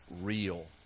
real